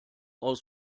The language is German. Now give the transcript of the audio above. aus